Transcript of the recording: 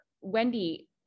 Wendy